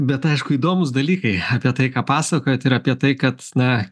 bet aišku įdomūs dalykai apie tai ką pasakojat ir apie tai kad na